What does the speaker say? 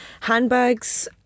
handbags